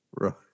Right